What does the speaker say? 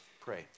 pray